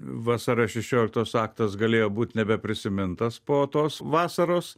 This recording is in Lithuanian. vasario šešioliktosios aktas galėjo būt nebeprisimintas po tos vasaros